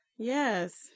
yes